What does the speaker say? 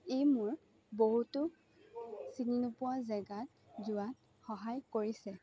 ই মোৰ বহুতো চিনি নোপোৱা জাগাত যোৱাত সহায় কৰিছে